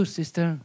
sister